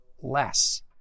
less